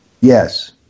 Yes